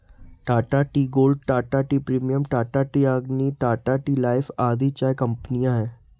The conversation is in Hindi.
Tata tea gold, Tata tea premium, Tata tea Agni, Tata tea life आदि चाय कंपनियां है